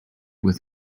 with